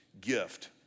gift